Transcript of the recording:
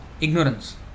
ignorance